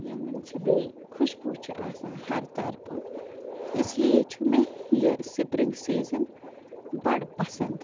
یِمن چھِ بیٚیہِ خوشبو چھِ آسان ہر طرفہٕ اِس لیے چھُ مےٚ یہِ سِپرِنٛگ سیٖزَن بَڑٕ پسنٛد